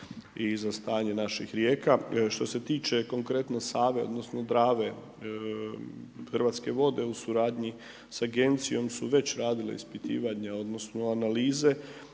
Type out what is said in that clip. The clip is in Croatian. i za stanje naših rijeka. Što se tiče konkretno Save odnosno Drave, Hrvatske vode u suradnji sa Agencijom su već radile ispitivanja odnosno analize